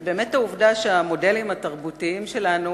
היא באמת העובדה שהמודלים התרבותיים שלנו